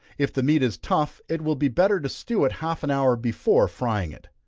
if the meat is tough, it will be better to stew it half an hour before frying it.